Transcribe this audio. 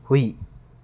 ꯍꯨꯏ